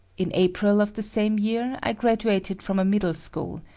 in april of the same year, i graduated from a middle school,